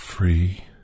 free